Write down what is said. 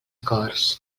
cors